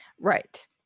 Right